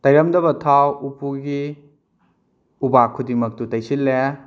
ꯇꯩꯔꯝꯗꯕ ꯊꯥꯎ ꯎꯄꯨꯒꯤ ꯎꯕꯥꯛ ꯈꯨꯗꯤꯡꯃꯛꯇꯨ ꯇꯩꯁꯤꯜꯂꯦ